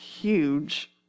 huge